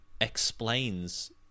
explains